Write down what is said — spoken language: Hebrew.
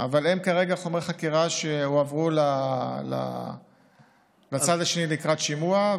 אבל אין כרגע חומרי חקירה שהועברו לצד השני לקראת שימוע,